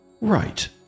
Right